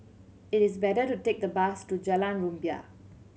it is better to take the bus to Jalan Rumbia